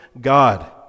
God